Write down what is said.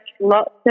lots